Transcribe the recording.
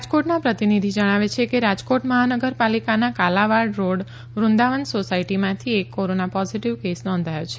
રાજકોટના પ્રતિનિધિ જણાવે છે કે રાજકોટ મહાનગર પાલિકાના કાલાવાડ રોડ વૃંદાવન સોસાયમાંથી એક કોરોના પોઝીટીવ કેસ નોંધાયો છે